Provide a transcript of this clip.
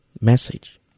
message